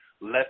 let